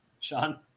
Sean